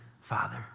Father